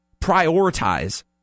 prioritize